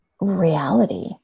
reality